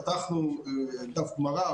פתחנו דף גמרא,